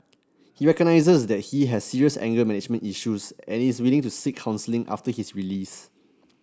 he recognises that he has serious anger management issues and is willing to seek counselling after his release